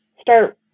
start